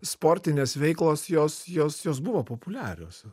sportinės veiklos jos jos jos buvo populiarios